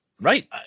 Right